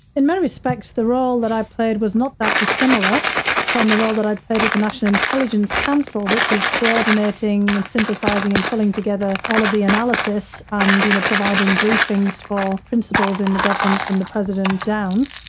in many respects, the role that i played was not that dissimilar from the role that i played at the national intelligence council, which is coordinating and synthesizing and pulling together all of the analysis and you know, providing briefings for principals in the government from the president down,